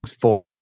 four